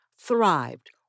thrived